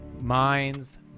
minds